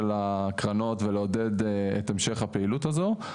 הקרנות ולעודד את המשך הפעילות הזו.